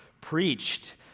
preached